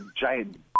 giant